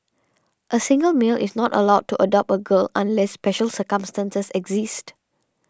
a single male is not allowed to adopt a girl unless special circumstances exist